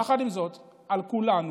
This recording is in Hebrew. יחד עם זאת, על כולנו